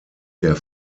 der